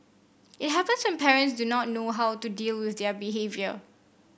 it happens when parents do not know how to deal with their behaviour